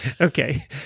Okay